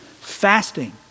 Fasting